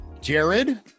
Jared